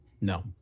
No